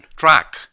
Track